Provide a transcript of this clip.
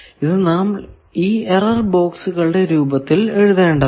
ഇത് നാം ഈ എറർ ബോക്സുകളുടെ രൂപത്തിൽ എഴുതേണ്ടതാണ്